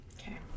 Okay